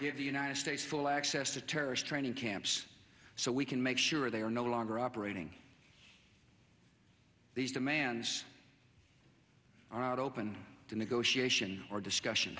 give the united states full access to terrorist training camps so we can make sure they are no longer operating these demands open to negotiation or discussion